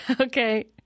Okay